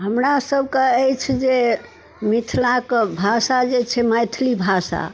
हमरा सबके अछि जे मिथिलाके भाषा जे छै मैथिली भाषा